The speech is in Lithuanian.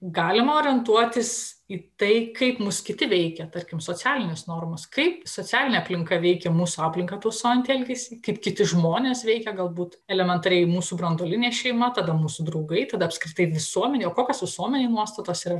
galima orientuotis į tai kaip mus kiti veikia tarkim socialinės normos kaip socialinė aplinka veikia mūsų aplinką tausojantį elgesį kaip kiti žmonės veikia galbūt elementariai mūsų branduolinė šeima tada mūsų draugai tada apskritai visuomenė o kokios mūsų visuomenėj nuostatos ra